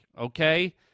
okay